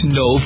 no